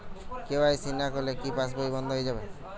KYC না করলে কি পাশবই বন্ধ হয়ে যাবে?